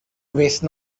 waste